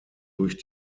durch